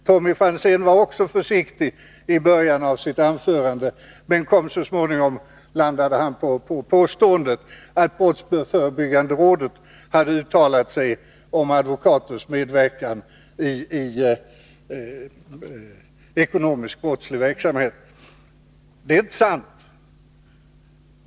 Tommy Franzén var också försiktig i början av sitt anförande, men så småningom landade han på påståendet att brottsförebyggande rådet hade uttalat sig om advokaters medverkan i brottslig ekonomisk verksamhet. Det är inte sant.